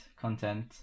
content